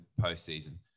postseason